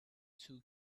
two